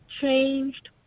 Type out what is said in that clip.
changed